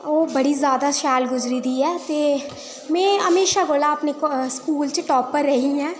ओह् बड़ी ज्यादा शैल गुजरी दी ऐ ते हमेशा कोला अपने स्कूल टॉपर रेही ऐं